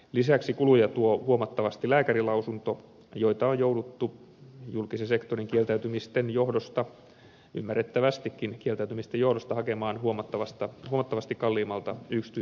lisäksi kuluja tuovat huomattavasti lääkärinlausunnot joita on jouduttu julkisen sektorin ymmärrettävien kieltäytymisten johdosta hakemaan huomattavasti kalliimmalta yksityispuolelta